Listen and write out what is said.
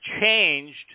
changed